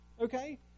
okay